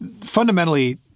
fundamentally